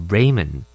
Raymond